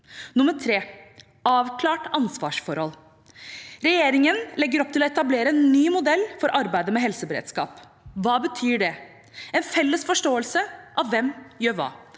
3. Avklart ansvarsforhold – regjeringen legger opp til å etablere en ny modell for arbeidet med helseberedskap. Hva betyr det? Jo, en felles forståelse av hvem som gjør hva.